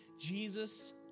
Jesus